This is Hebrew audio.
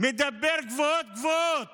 מדבר גבוהה-גבוהה